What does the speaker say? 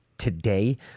today